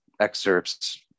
excerpts